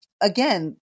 again